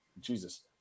Jesus